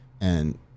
And-